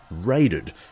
raided